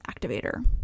activator